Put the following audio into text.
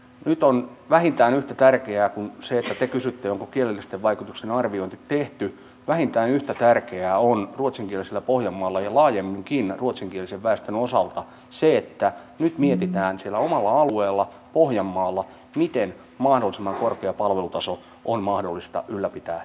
nyt vähintään yhtä tärkeää kuin se että te kysytte onko kielellisten vaikutusten arviointi tehty on ruotsinkielisellä pohjanmaalla ja laajemminkin ruotsinkielisen väestön osalta se että nyt mietitään siellä omalla alueella pohjanmaalla miten mahdollisimman korkea palvelutaso on mahdollista ylläpitää ja säilyttää